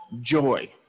joy